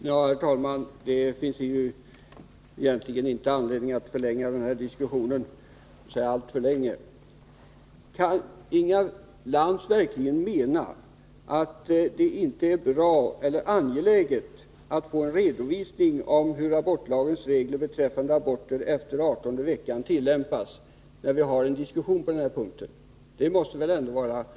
Herr talman! Det finns egentligen ingen anledning att förlänga den här diskussionen ytterligare. Jag vill bara fråga Inga Lantz, om hon verkligen menar att det inte är angeläget att få till stånd en redovisning av hur abortlagens regler om avbrytande av havandeskap efter 18:e veckan tillämpas, med tanke på den diskussion som förs på den punkten. Det måste väl ändå vara angeläget.